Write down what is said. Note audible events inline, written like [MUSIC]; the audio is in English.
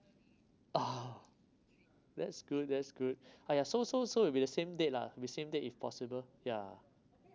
ah that's good that's good [BREATH] !aiya! so so so it'll be the same date lah with same date if possible ya